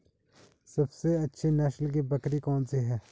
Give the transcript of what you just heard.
सबसे अच्छी नस्ल की बकरी कौन सी है?